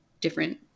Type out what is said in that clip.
different